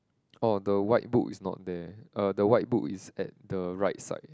orh the white book is not there uh the white book is at the right side